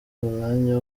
umwanya